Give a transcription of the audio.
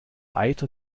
eiter